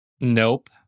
Nope